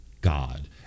God